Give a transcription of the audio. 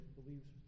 believes